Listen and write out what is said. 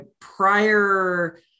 prior